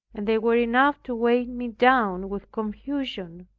and they were enough to weigh me down with confusion,